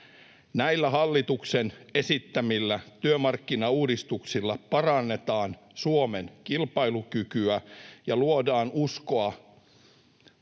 Näillä hallituksen esittämillä työmarkkinauudistuksilla parannetaan Suomen kilpailukykyä ja luodaan uskoa,